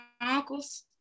uncles